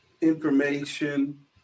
information